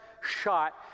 shot